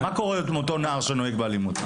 מה קורה עם אותו נער שנוהג באלימות?